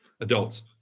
Adults